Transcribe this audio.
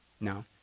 No